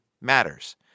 matters